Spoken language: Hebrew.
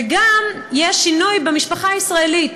וגם יש שינוי במשפחה הישראלית,